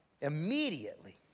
Immediately